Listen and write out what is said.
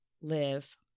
live